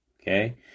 Okay